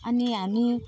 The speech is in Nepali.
अनि हामी